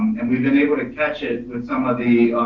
and we've been able to catch it with some of the